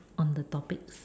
on the topics